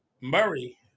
Murray